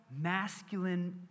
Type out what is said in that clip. masculine